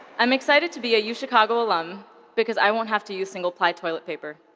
i'm excited to be a yeah uchicago alum because i won't have to use single ply toilet paper.